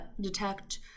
detect